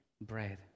bread